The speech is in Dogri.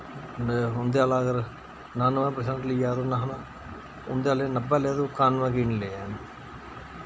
न उं'दे आह्ला अगर उनानुए परसैंट लिआ दा ते उन आक्खना उं'दे आह्लै नब्बै ले तू कानुए कि निं ले हैन